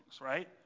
right